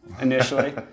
initially